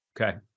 Okay